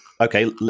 okay